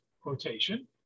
quotation